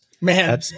Man